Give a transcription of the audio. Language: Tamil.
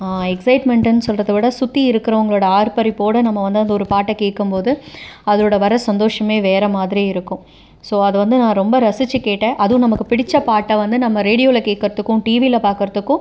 எக்சைட்மெண்டுனு சொல்கிறத விட சுற்றி இருக்கிறவங்களோட ஆர்ப்பரிப்போடய நம்ம வந்து அந்த ஒரு பாட்டை கேட்கும் போது அதோடய வர சந்தோஷமே வேறு மாதிரி இருக்குது ஸோ அதை வந்து நான் ரொம்ப ரசித்து கேட்டே அது நமக்கு பிடித்த பாட்டை வந்து நம்ம ரேடியோவில் கேட்குறதுக்கு டிவியில் பார்க்குறதுக்கு